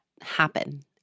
happen